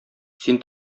син